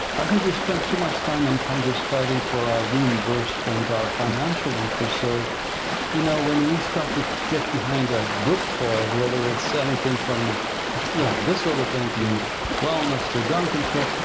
i think we've spent too much time in congress fighting for our reimbursement, our financial interests. so you know when we start to get behind a good cause, whether it's anything from you know this sort of thing to wellness, to gun control,